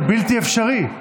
זה בלתי אפשרי.